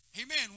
Amen